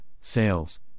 sales